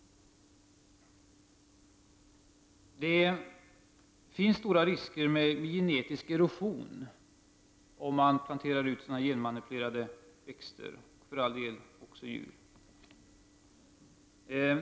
Det föreligger stora risker för genetisk erosion om man planterar ut genmanipulerade växter och djur.